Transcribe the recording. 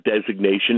designation